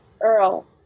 Earl